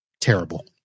Terrible